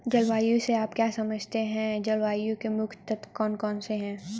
जलवायु से आप क्या समझते हैं जलवायु के मुख्य तत्व कौन कौन से हैं?